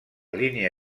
línia